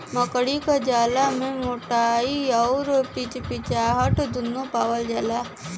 मकड़ी क जाला में मोटाई अउर चिपचिपाहट दुन्नु पावल जाला